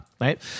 right